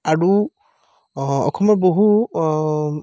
আৰু অসমৰ বহু